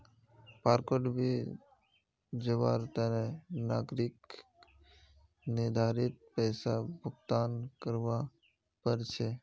पार्कोंत भी जवार तने नागरिकक निर्धारित पैसा भुक्तान करवा पड़ छे